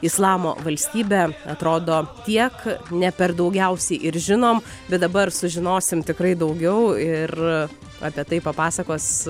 islamo valstybe atrodo tiek ne per daugiausiai ir žinom bet dabar sužinosim tikrai daugiau ir apie tai papasakos